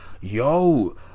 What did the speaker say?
yo